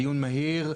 דיון מהיר,